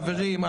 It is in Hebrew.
חברים,